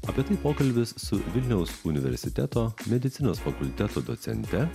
apie tai pokalbis su vilniaus universiteto medicinos fakulteto docente